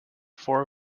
four